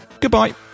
Goodbye